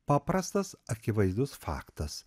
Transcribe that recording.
paprastas akivaizdus faktas